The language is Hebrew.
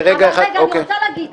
טוב, רגע אחד --- חשוב לי להגיד